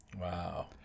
Wow